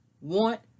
want